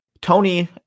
Tony